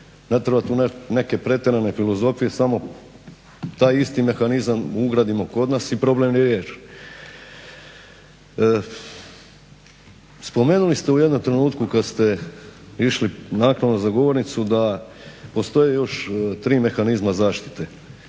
Ne treba tu neke pretjerane filozofije, samo taj isti mehanizam ugradimo kod nas i problem je riješen. Spomenuli ste u jednom trenutku kad ste išli naknadno za govornicu da postoje još tri mehanizma zaštite: